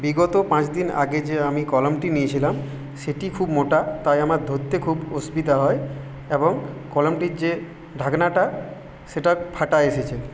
বিগত পাঁচ দিন আগে যে আমি কলমটি নিয়েছিলাম সেটি খুব মোটা তাই আমার ধরতে খুব অসুবিধা হয় এবং কলমটির যে ঢাকনাটা সেটা ফাটা এসেছে